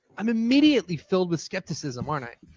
i'm immediately filled with skepticism, aren't i?